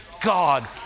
God